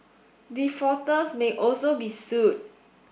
defaulters may also be sued